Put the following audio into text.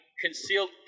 Concealed